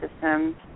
system